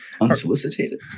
Unsolicited